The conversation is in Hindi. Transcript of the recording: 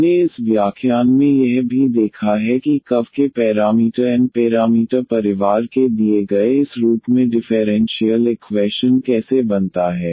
हमने इस व्याख्यान में यह भी देखा है कि कर्व के पैरामीटर n पेरामीटर परिवार के दिए गए इस रूप में डिफेरेंशीयल इक्वैशन कैसे बनता है